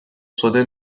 شده